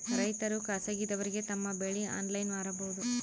ರೈತರು ಖಾಸಗಿದವರಗೆ ತಮ್ಮ ಬೆಳಿ ಆನ್ಲೈನ್ ಮಾರಬಹುದು?